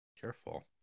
Careful